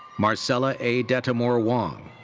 marcella a. detamore-wong.